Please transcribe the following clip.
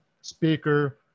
speaker